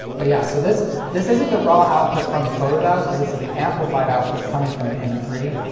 but yeah so this this isn't the raw output from the photodiodes but this is the amplified output coming from pin three,